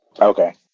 Okay